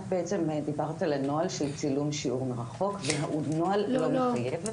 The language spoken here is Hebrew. את דיברת על הנוהל של צילום שיעור מרחוק והוא נוהל לא מחייב.